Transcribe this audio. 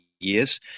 years